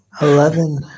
Eleven